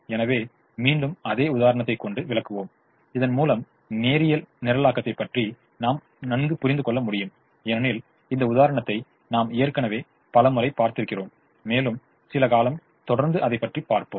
எனவே மீண்டும் அதே உதாரணத்தை கொண்டு விளக்குவோம் இதன் மூலம் நேரியல் நிரலாக்கத்தைப் பற்றி நாம் நன்கு புரிந்துகொள்ள முடியும் ஏனெனில் இந்த உதாரணத்தை நாம் ஏற்கனவே பலமுறை பார்த்திருக்கிறோம் மேலும் சில காலம் தொடர்ந்து அதைப் பற்றி பார்ப்போம்